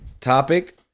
topic